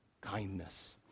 kindness